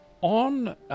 on